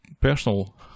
personal